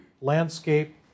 landscape